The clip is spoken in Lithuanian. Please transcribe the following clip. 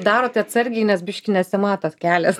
darote atsargiai nes biški nesimato kelias